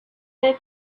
they